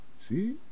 See